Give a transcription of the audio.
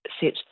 set